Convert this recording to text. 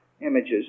images